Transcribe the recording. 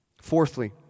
Fourthly